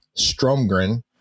Stromgren